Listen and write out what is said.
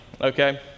okay